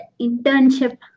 internship